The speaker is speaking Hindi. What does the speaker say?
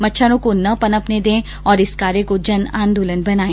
मच्छरों को पनपने न दें और इस कार्य को जन आंदोलन बनाए